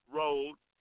road